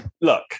look-